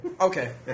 Okay